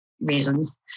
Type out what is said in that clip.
reasons